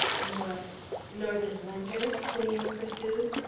nor nor this winter? simeon pursued.